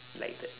like the